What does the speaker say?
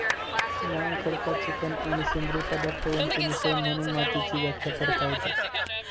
लहान खडकाचे कण आणि सेंद्रिय पदार्थ यांचे मिश्रण म्हणून मातीची व्याख्या करता येते